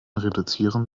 reduzieren